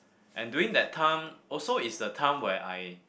and during that time also is the time where I